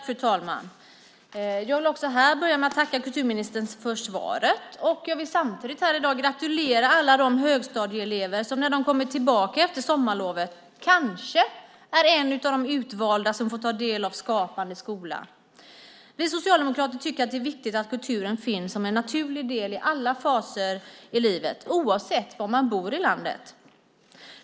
Fru talman! Jag vill också här börja med att tacka kulturministern för svaret. Samtidigt vill jag gratulera alla högstadieelever som när de kommer tillbaka efter sommarlovet kanske tillhör de utvalda som får ta del av Skapande skola. Vi socialdemokrater tycker att det är viktigt att kulturen finns som en naturlig del i alla faser i livet, oavsett var i landet man bor.